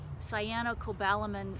cyanocobalamin